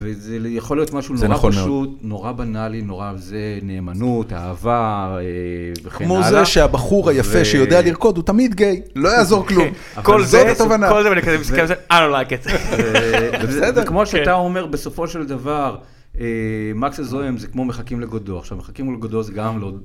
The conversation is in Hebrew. וזה יכול להיות משהו נורא פשוט, נורא בנאלי, נורא זה, נאמנות, אהבה, וכן הלאה. כמו זה שהבחור היפה שיודע לרקוד הוא תמיד גיי, לא יעזור כלום. כל זה, כל זה, ואני כזה מסכמת, אני לא אוהב את זה. כמו שאתה אומר, בסופו של דבר, מקס לזוהם זה כמו מחכים לגודו, עכשיו, מחכים לגודו זה גם לא...